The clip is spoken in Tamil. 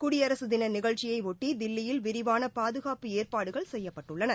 குடியரசுதின நிகழ்ச்சியையொட்டி தில்லியில் விரிவான பாதுகாப்பு ஏற்பாடுகள் செய்யப்பட்டுள்ளன